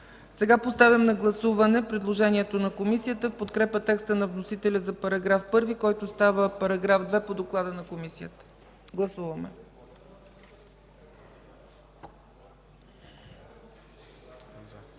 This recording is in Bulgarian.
Поставям на гласуване предложението на Комисията в подкрепа текста на вносителя за § 1, който става § 2 по доклада на Комисията. Гласували